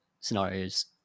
scenarios